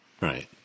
right